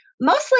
mostly